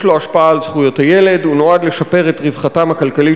יש לו השפעה על זכויות הילד: הוא נועד לשפר את רווחתם הכלכלית